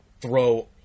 throw